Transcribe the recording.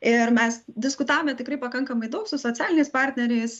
ir mes diskutavome tikrai pakankamai daug su socialiniais partneriais